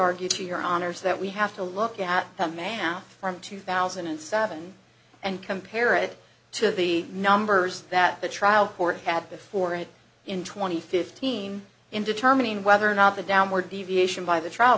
argue to your honor's that we have to look at the man from two thousand and seven and compare it to the numbers that the trial court had before it in twenty fifteen in determining whether or not the downward deviation by the trial